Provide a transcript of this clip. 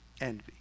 envy